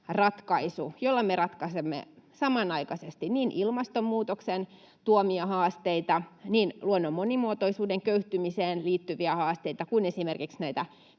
jolla me ratkaisemme samanaikaisesti niin ilmastonmuutoksen tuomia haasteita, luonnon monimuotoisuuden köyhtymiseen liittyviä haasteita kuin esimerkiksi näitä